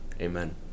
Amen